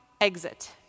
exit